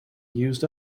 used